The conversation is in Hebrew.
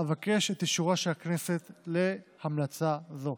אבקש את אישורה של הכנסת להמלצה זו.